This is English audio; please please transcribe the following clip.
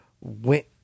went